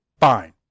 Fine